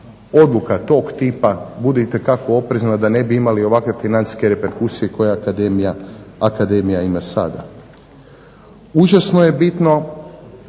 odluka tog tipa bude itekako oprezna da ne bi imali ovakve financijske reperkusije koje Akademija ima sada. Užasno je bitno